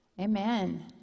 Amen